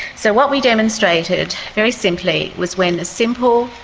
so what we demonstrated very simply was when a simple,